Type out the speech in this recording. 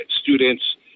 students